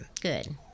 Good